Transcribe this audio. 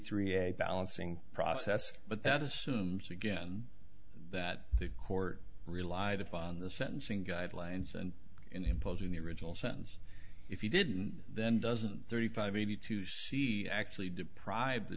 three a balancing process but that assumes again that the court relied upon the sentencing guidelines and in imposing the original sentence if you did then doesn't thirty five eighty two see actually deprive the